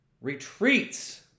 Retreats